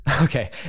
okay